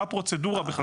ומה הפרוצדורה.